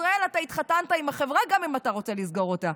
בישראל אתה התחתנת עם החברה גם אם אתה רוצה לסגור אותה.